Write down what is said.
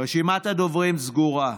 רשימת הדוברים סגורה.